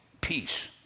peace